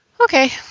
okay